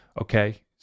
Okay